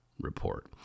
report